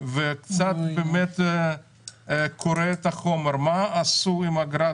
וקצת קורא את החומר מה עשו עם אגרת